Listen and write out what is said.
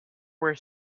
were